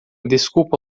desculpa